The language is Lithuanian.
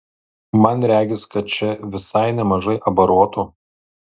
man regis kad čia visai nemažai abarotų